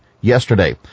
yesterday